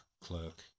clerk